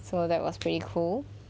so that was pretty cool